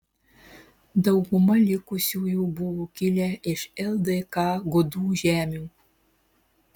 dauguma likusiųjų buvo kilę iš ldk gudų žemių